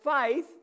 faith